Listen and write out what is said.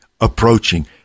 approaching